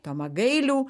tomą gailių